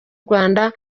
rwanda